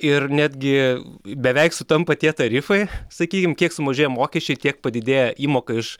ir netgi beveik sutampa tie tarifai sakykim kiek sumažėja mokesčiai tiek padidėja įmoka iš